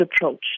approach